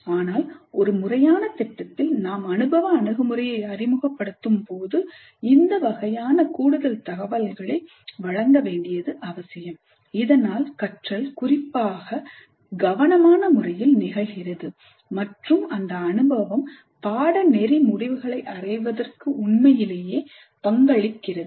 ஆனால் ஒரு முறையான திட்டத்தில் நாம் அனுபவ அணுகுமுறையை அறிமுகப்படுத்தும்போது இந்த வகையான கூடுதல் தகவல்களை வழங்க வேண்டியது அவசியம் இதனால் கற்றல் குறிப்பாக கவனமான முறையில் நிகழ்கிறது மற்றும் அந்த அனுபவம் பாடநெறி முடிவுகளை அடைவதற்கு உண்மையிலேயே பங்களிக்கிறது